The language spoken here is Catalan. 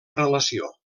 relació